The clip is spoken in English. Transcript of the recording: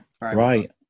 Right